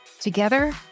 Together